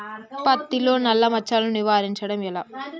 పత్తిలో నల్లా మచ్చలను నివారించడం ఎట్లా?